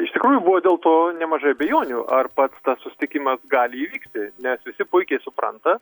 iš tikrųjų buvo dėl to nemažai abejonių ar pats tas susitikimas gali įvykti nes visi puikiai supranta